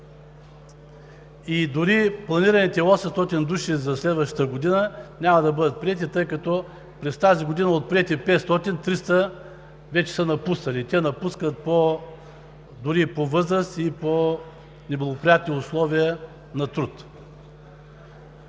Дори планираните 800 души за следващата година няма да бъдат приети, тъй като през тази година от приети 500, 300 вече са напуснали. Те напускат дори и по възраст и по неблагоприятни условия на труд.